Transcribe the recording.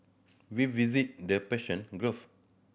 we visited the Persian Gulf